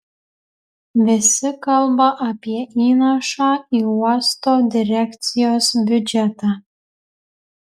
visi kalba apie įnašą į uosto direkcijos biudžetą